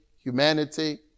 humanity